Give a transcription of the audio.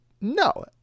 No